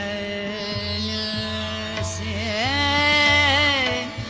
a c a